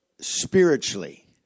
spiritually